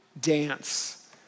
dance